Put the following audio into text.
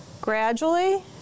gradually